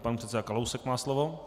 Pan předseda Kalousek má slovo.